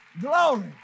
Glory